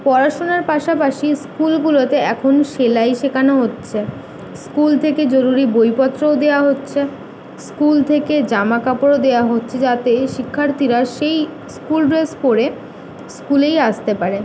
পড়াশুনার পাশাপাশি স্কুলগুলোতে এখন সেলাই শেখানো হচ্ছে স্কুল থেকে জরুরি বইপত্রও দেওয়া হচ্ছে স্কুল থেকে জামা কাপড়ও দেওয়া হচ্ছে যাতে শিক্ষার্থীরা সেই স্কুল ড্রেস পরে স্কুলেই আসতে পারে